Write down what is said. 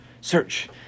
search